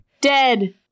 Dead